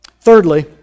Thirdly